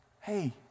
hey